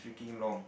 freaking long